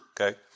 Okay